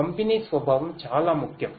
పంపిణీ స్వభావం చాలా ముఖ్యం